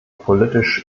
politisch